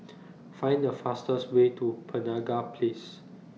Find The fastest Way to Penaga Place